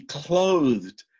clothed